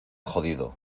jodido